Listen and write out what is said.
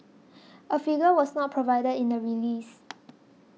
a figure was not provided in the release